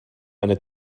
eine